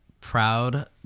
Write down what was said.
proud